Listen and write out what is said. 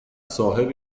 صاحب